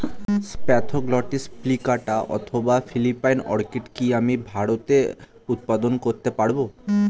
Spathoglottis plicata অথবা Philippine orchid কি আমি ভারতে উৎপাদন করতে পারবো?